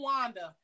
Wanda